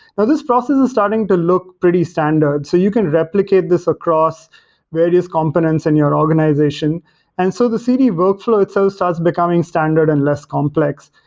now this process is starting to look pretty standard. so you can replicate this across various components in and your organization and so the cd workflow itself starts becoming standard and less complex.